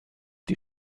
die